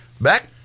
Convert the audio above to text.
back